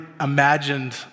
imagined